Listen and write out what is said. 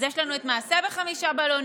אז יש לנו את "מעשה בחמישה בלונים",